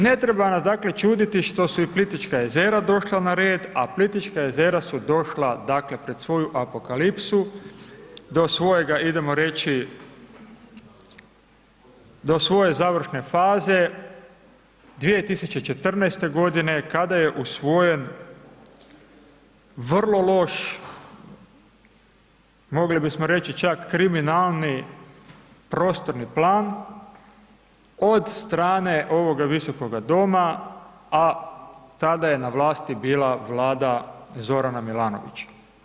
Ne treba nas dakle čuditi što su i Plitvička jezera došla na red, a Plitvička jezera su došla dakle pred svoju apokalipsu do svojega idemo reći, do svoje završne faze 2014. godine kada je usvojen vrlo loš mogli bismo reći čak kriminalni prostorni plan od strane ovoga visokoga doma, a tada je na vlasti bila vlada Zorana Milanovića.